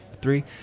three